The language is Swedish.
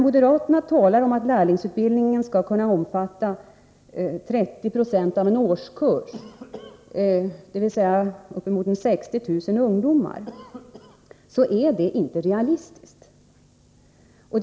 Moderaterna säger att lärlingsutbildningen skall kunna omfatta 30 76 av en årskull, dvs. uppemot 60 000 ungdomar, men det är inte realistiskt.